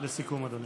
לסיכום, אדוני.